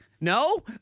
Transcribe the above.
No